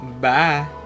Bye